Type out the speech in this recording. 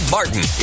Martin